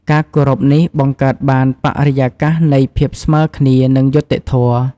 ការគោរពនេះបង្កើតបានបរិយាកាសនៃភាពស្មើគ្នា និងយុត្តិធម៌។